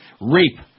rape